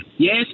Yes